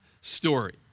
story